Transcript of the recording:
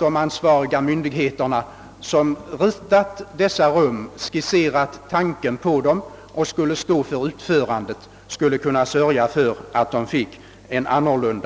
De ansvariga myndigheter, som skisserat tanken på dessa rum och som skall stå för utförandet av dem, kan säkerligen sörja för att de inte får någon